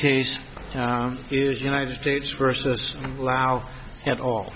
case is united states versus allow at all